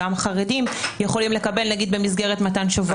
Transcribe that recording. גם חרדים יכולים לקבל במסגרת מתן שוברים.